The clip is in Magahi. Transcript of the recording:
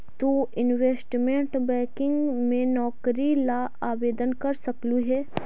तु इनवेस्टमेंट बैंकिंग में नौकरी ला आवेदन कर सकलू हे